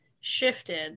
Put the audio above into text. shifted